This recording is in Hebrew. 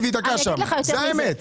אני אגיד לך יותר מזה.